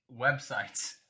websites